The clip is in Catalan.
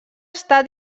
està